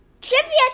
Trivia